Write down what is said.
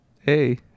Hey